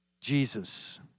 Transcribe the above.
Jesus